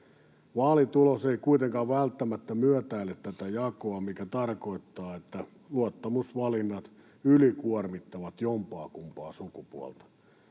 Vaalitulos ei kuitenkaan välttämättä myötäile tätä jakoa, mikä tarkoittaa, että luottamusvalinnat ylikuormittavat jompaakumpaa sukupuolta.